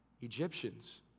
Egyptians